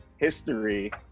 history